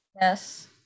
Yes